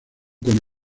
con